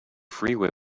freeway